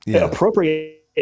appropriate